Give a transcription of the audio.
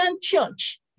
Church